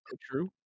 True